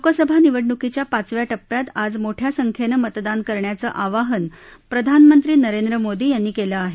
लोकसभा निवडणुकीच्या पाचव्या टप्प्यात आज मोठ्या संख्येनं मतदान करण्याचं आवाहन प्रधानमंत्री नरेंद्र मोदी यांनी केलं आहे